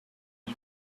you